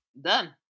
Done